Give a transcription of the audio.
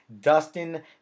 Dustin